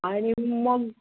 आणि मग